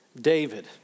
David